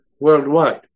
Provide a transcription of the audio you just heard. worldwide